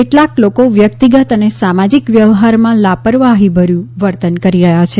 કેટલાંક લોકો વ્યક્તિગત અને સામાજિક વ્યવહારમાં લાપરવાહી ભર્યું વર્તન કરી રહ્યા છે